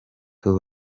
kare